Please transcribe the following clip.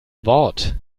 wort